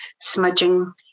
smudging